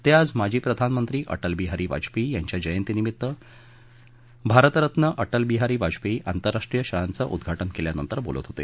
ते आज माजी प्रधानमंत्री अटलबिहारी वाजपेयी यांच्या जयंतीनिमित्त भारतरत्न अटलबिहारी वाजपेयी आंतरराष्ट्रीय शाळांचं उद्घाटन केल्यानंतर बोलत होते